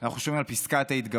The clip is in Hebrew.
אנחנו שומעים על פסקת ההתגברות,